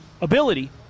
ability